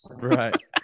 Right